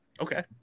Okay